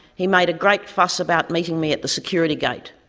he made a great fuss about meeting me at the security gate.